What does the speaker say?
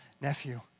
nephew